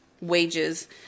wages